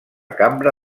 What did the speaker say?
cambra